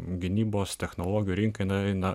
gynybos technologijų rinka jinai eina